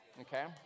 okay